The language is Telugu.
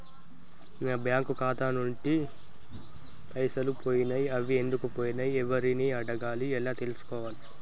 నా బ్యాంకు ఖాతా నుంచి పైసలు పోయినయ్ అవి ఎందుకు పోయినయ్ ఎవరిని అడగాలి ఎలా తెలుసుకోవాలి?